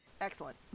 Excellent